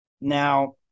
now